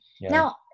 Now